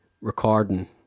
recording